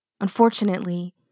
unfortunately